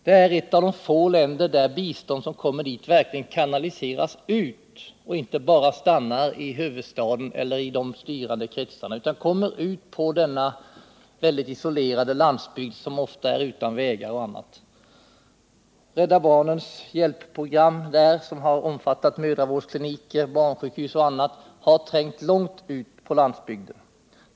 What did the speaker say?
Det är ett av de få länder där bistånd som kommer dit inte bara stannar i huvudstaden eller i de styrande kretsarna utan verkligen kommer ut på den väldigt isolerade landsbygden, som ofta är utan vägar osv. Rädda barnens hjälpprogram, som har omfattat mödravårdskliniker, barnsjukhus och annat, har trängt långt ut på landsbygden.